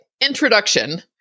introduction